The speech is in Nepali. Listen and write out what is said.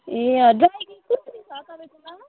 ए हजुर ड्राई केक कसरी छ तपाईँकोमा